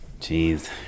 Jeez